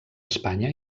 espanya